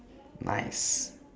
nice